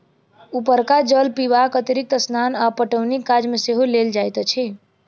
उपरका जल पीबाक अतिरिक्त स्नान आ पटौनीक काज मे सेहो लेल जाइत अछि